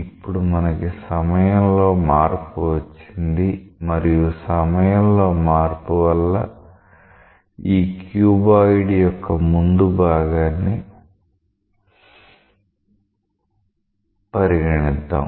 ఇప్పుడు మనకి సమయంలో మార్పు వచ్చింది మరియు సమయం లో మార్పు వల్ల ఈ క్యూబాయ్డ్ యొక్క ముందు భాగాన్ని పరిగణిద్దాం